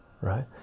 right